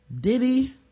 Diddy